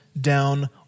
down